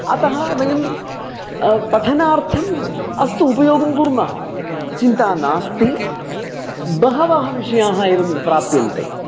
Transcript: अतः वयं पठनार्थम् अस्तु उपयोगं कुर्मः चिन्ता नास्ति बहवः विषयाः एवं प्राप्यन्ते